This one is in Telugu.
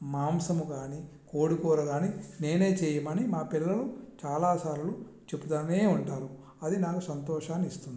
మాంసము కానీ కోడి కూర కానీ నేనే చేయమని మా పిల్లలు చాలాసార్లు చెబుతూనే ఉంటారు అది నాకు సంతోషాన్ని ఇస్తుంది